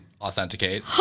authenticate